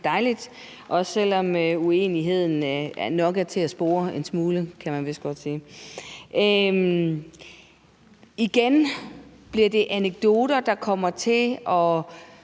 dejligt, også selv om uenigheden nok er til at spore en smule, kan man vist godt sige. Igen bliver det anekdoter, der kommer til at